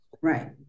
Right